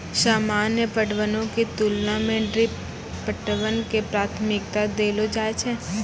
सामान्य पटवनो के तुलना मे ड्रिप पटवन के प्राथमिकता देलो जाय छै